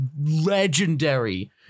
legendary